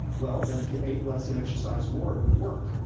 well than if you ate less and exercise more, it would work.